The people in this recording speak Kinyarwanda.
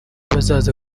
bazaza